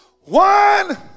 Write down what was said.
One